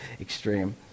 extreme